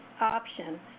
option